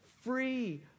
free